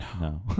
No